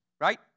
right